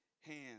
hands